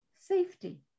safety